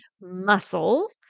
muscle